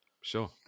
Sure